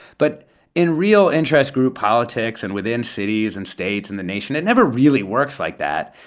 but in real interest group politics and within cities and states and the nation, it never really works like that.